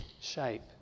shape